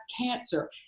cancer